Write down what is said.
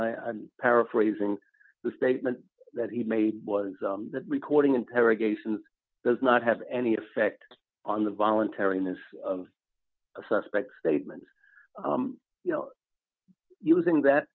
and paraphrasing the statement that he made was that recording interrogations does not have any effect on the voluntariness of a suspect statement you know using that